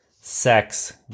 sex